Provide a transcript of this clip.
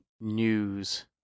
news